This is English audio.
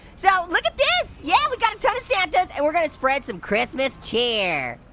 so, look at this! yeah, we got a ton of santas and we're gonna spread some christmas cheer.